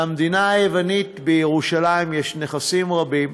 לכנסייה היוונית בירושלים יש נכסים רבים,